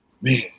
man